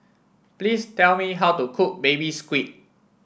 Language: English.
please tell me how to cook Baby Squid